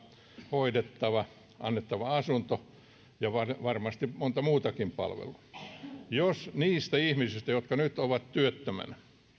hoidettava ja heille on annettava asunto ja varmasti monta muutakin palvelua jos niistä ihmisistä jotka nyt ovat työttöminä